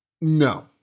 No